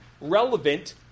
relevant